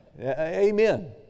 Amen